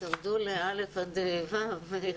תרדו לכיתות א' עד ו'.